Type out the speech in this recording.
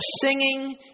singing